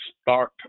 start